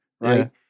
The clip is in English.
right